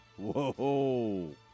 Whoa